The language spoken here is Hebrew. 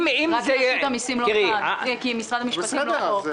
נציגי משרד המשפטים לא פה.